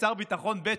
שר ביטחון ב',